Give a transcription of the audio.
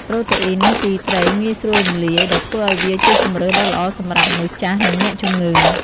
ប្រូតេអ៊ីនពីត្រីងាយស្រួលរំលាយ ដែលធ្វើឱ្យវាជាជម្រើសដ៏ល្អសម្រាប់ មនុស្សចាស់ និងអ្នកជំងឺ។ (